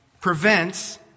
prevents